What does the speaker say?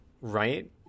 Right